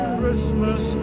Christmas